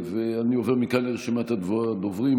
אני עובר מכאן לרשימת הדוברים: